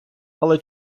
але